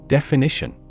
Definition